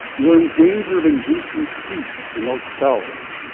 you're in danger of inducing heat in those cells,